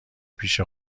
پیش